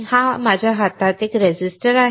हा माझ्या हातात एक रेझिस्टर आहे